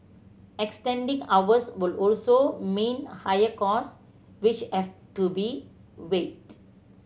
extending hours would also mean higher cost which have to be weighed